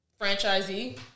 franchisee